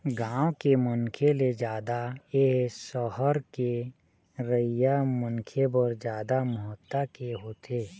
गाँव के मनखे ले जादा ए ह सहर के रहइया मनखे बर जादा महत्ता के होथे